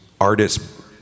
artists